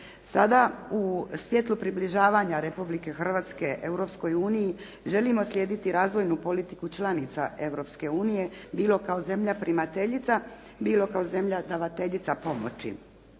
Sada u svjetlu približavanja Republike Hrvatske Europskoj uniji želimo slijediti razvojnu politiku članica Europske unije bilo kao zemlja primateljica bilo kao zemlja davateljica pomoći.